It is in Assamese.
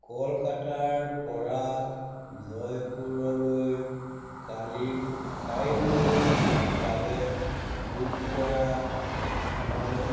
কলকাতাৰপৰা জয়পুৰলৈ কালি কাইলৈৰ বাবে বুক কৰা মোৰ